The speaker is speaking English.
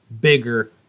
bigger